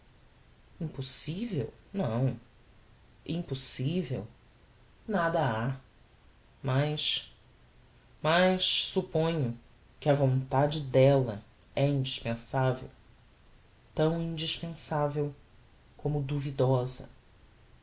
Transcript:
impossivel não impossivel nada ha mas mas supponho que a vontade della é indispensavel tão indispensavel como duvidosa